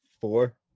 Four